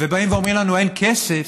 ובאים ואומרים לנו: אין כסף.